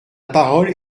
parole